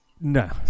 No